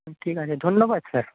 ঠিক আছে ধন্যবাদ স্যার